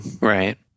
right